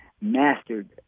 mastered